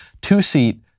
Two-seat